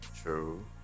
true